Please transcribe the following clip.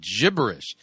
gibberish